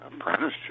apprenticeship